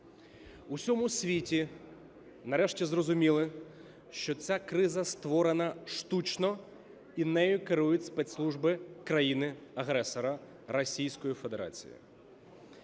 всьому світі нарешті зрозуміли, що ця криза створена штучно і нею керують спецслужби країни-агресора